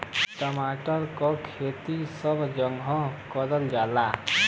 टमाटर क खेती सबे जगह करल जाला